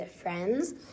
friends